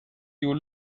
you